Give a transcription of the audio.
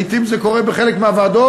לעתים זה קורה בחלק מהוועדות.